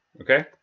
okay